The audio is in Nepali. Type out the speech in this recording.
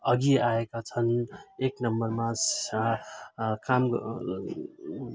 अघि आएका छन् एक नम्बरमा स काम